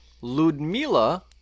Ludmila